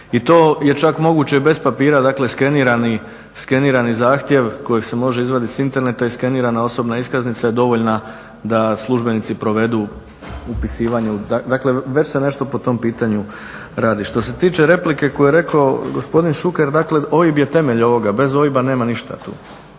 i to je čak moguće bez papira, dakle skenirani zahtjev kojeg se može izvaditi s interneta i skenirana osobna iskaznica je dovoljna da službenici provedu upisivanje. Dakle, već se nešto po tom pitanju radi. Što se tiče replike koju je rekao gospodin Šuker, dakle, OIB je temelj ovoga, bez OIB-a nema ništa tu.